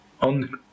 On